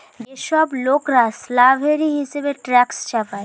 যে সব লোকরা স্ল্যাভেরি হিসেবে ট্যাক্স চাপায়